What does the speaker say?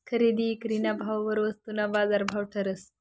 खरेदी ईक्रीना भाववर वस्तूना बाजारभाव ठरस